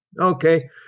Okay